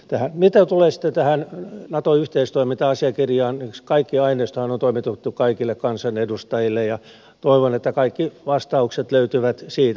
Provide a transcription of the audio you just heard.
mitä tulee sitten tähän nato yhteistoiminta asiakirjaan niin kaikki aineistohan on toimitettu kaikille kansanedustajille ja toivon että kaikki vastaukset löytyvät siitä